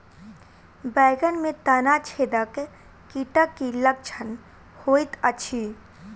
बैंगन मे तना छेदक कीटक की लक्षण होइत अछि?